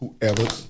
whoever